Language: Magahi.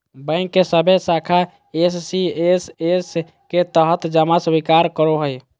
बैंक के सभे शाखा एस.सी.एस.एस के तहत जमा स्वीकार करो हइ